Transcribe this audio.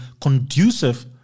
conducive